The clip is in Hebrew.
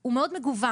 הוא מאוד מגוון,